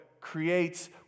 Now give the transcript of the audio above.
creates